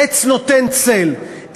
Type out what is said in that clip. עץ נותן צל,